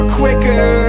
quicker